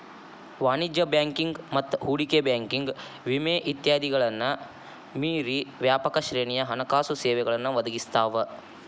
ವಾಣಿಜ್ಯ ಬ್ಯಾಂಕಿಂಗ್ ಮತ್ತ ಹೂಡಿಕೆ ಬ್ಯಾಂಕಿಂಗ್ ವಿಮೆ ಇತ್ಯಾದಿಗಳನ್ನ ಮೇರಿ ವ್ಯಾಪಕ ಶ್ರೇಣಿಯ ಹಣಕಾಸು ಸೇವೆಗಳನ್ನ ಒದಗಿಸ್ತಾವ